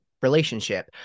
Relationship